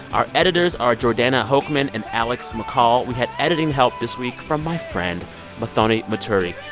our editors are jordana hochman and alex mccall. we had editing help this week from my friend muthoni muturi.